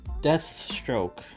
Deathstroke